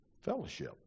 fellowship